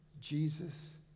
Jesus